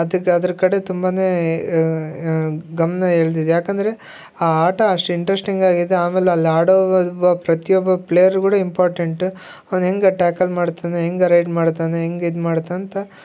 ಅದಕ್ಕೆ ಅದ್ರ ಕಡೆ ತುಂಬನೇ ಗಮನ ಎಳೆದಿದೆ ಯಾಕಂದರೆ ಆ ಆಟ ಅಷ್ಟು ಇಂಟ್ರಸ್ಟಿಂಗ್ ಆಗಿದೆ ಆಮೇಲೆ ಅಲ್ಲಿ ಆಡೋ ಪ್ರತಿಯೊಬ್ಬ ಪ್ಲೇಯರ್ಗಳೂ ಇಂಪಾರ್ಟೆಂಟ್ ಅವನೆಂಗೆ ಟ್ಯಾಕಲ್ ಮಾಡ್ತಾನೆ ಹೆಂಗೆ ರೈಡ್ ಮಾಡ್ತಾನೆ ಹೆಂಗೆ ಇದು ಮಾಡ್ತಾನೆ ಅಂತ